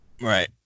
Right